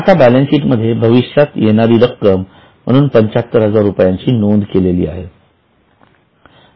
आपण बॅलन्सशिटमध्ये भविष्यात येणारी रक्कम म्हणून ७५००० रुपयाची नोंद केलेली आहे